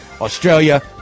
Australia